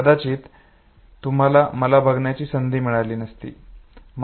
कदाचित तुम्हाला मला बघण्याची संधी मिळाली नसती